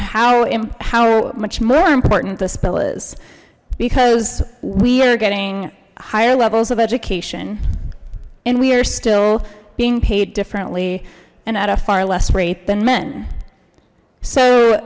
how how much more important this bill is because we are getting higher levels of education and we are still being paid differently and at a far less rate than men so